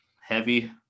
heavy